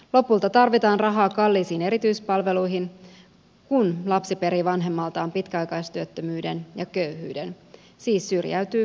lopulta tarvitaan rahaa kalliisiin erityispalveluihin kun lapsi perii vanhemmaltaan pitkäaikaistyöttömyyden ja köyhyyden siis syrjäytyy jo nuorena